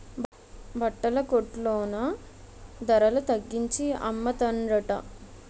బట్టల కొట్లో నా ధరల తగ్గించి అమ్మతన్రట